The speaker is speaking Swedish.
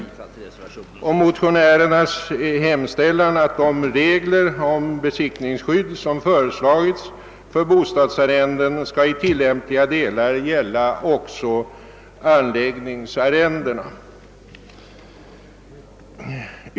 Motionärerna hemställer att de regler om besittningsskydd som föreslagits för bostadsarrenden skall i tillämpliga delar gälla också anläggningsarrendena.